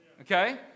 okay